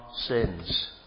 sins